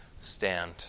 stand